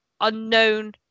unknown